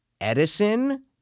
Edison